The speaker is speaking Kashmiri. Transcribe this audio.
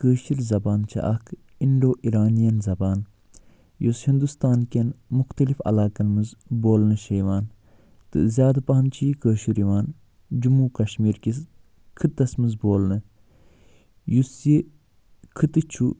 کٲشِر زَبان چھےٚ اکھ اِنڈو اِرانِیَن زَبان یُس ہِندوستانکٮ۪ن مُختٔلِف علاقن منٛز بولنہٕ چھِ یِوان تہٕ زیادٕ پَہَن چھُ یہِ کٲشُر یِوان جِموں کَشمیٖر کِس خٔطس منٛز بولنہٕ یُس یہِ خطٕ چھُ